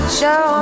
show